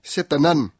Setanan